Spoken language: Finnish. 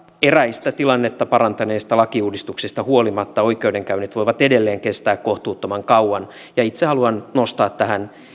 eräistä tilannetta parantaneista lakiuudistuksista huolimatta oikeudenkäynnit voivat edelleen kestää kohtuuttoman kauan itse haluan nostaa tähän